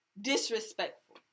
Disrespectful